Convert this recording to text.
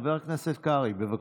חבר הכנסת קרעי, בבקשה.